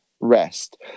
rest